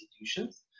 institutions